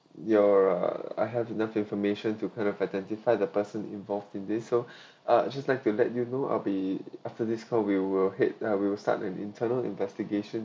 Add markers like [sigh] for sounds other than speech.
your I have enough information to kind of identify the person involved in this so [breath] uh just like to let you know I'll be after this call we will head lah we will start an internal investigation